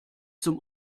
zum